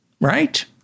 right